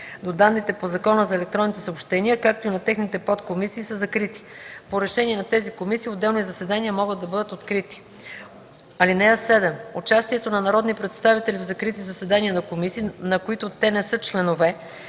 до данните по Закона за електронните съобщения, както и на техните подкомисии са закрити. По решение на тези комисии отделни заседания могат да бъдат открити. (7) Участието на народни представители в закрити заседания на комисии, на които те не са членове,